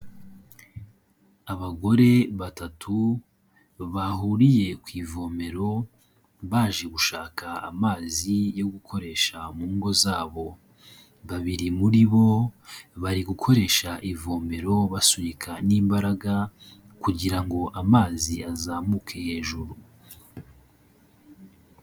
Abagore batatu bahuriye ku ivomero baje gushaka amazi yo gukoresha mu ngo zabo, babiri muri bo bari gukoresha ivomero basunika n'imbaraga kugira ngo amazi azamuke hejuru.